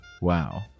Wow